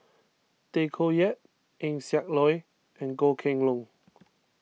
Tay Koh Yat Eng Siak Loy and Goh Kheng Long